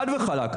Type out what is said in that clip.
חד וחלק.